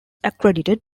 accredited